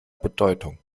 bedeutung